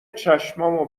چشامو